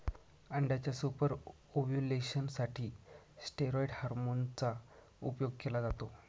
अंड्याच्या super ovulation साठी steroid hormone चा उपयोग केला जातो